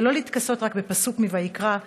ולא להתכסות רק בפסוק מוויקרא,